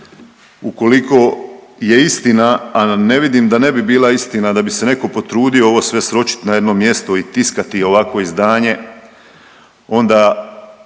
ukoliko je istina, a ne vidim da ne bi bila istina da bi se netko potrudio ovo sve sročiti na jedno mjesto i tiskati ovakvo izdanje onda